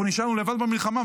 אנחנו נשארנו לבד במלחמה,